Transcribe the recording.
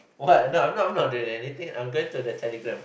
what no I'm not I'm not doing anything I'm going to the Telegram